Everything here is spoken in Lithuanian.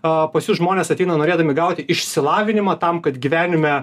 a pas jus žmonės ateina norėdami gauti išsilavinimą tam kad gyvenime